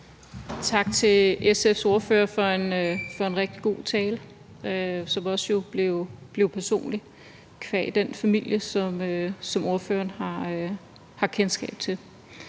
Tak til SF's ordfører for en rigtig god tale, som jo også blev personlig qua den familie, som ordføreren har kendskab til.